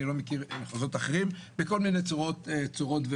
אני לא מכיר מחוזות אחרים בכל מיני צורות ואופנים,